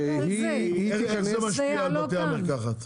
איך זה משפיע על בתי המרקחת?